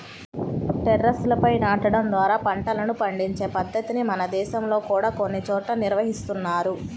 టెర్రస్లపై నాటడం ద్వారా పంటలను పండించే పద్ధతిని మన దేశంలో కూడా కొన్ని చోట్ల నిర్వహిస్తున్నారు